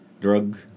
drug